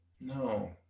No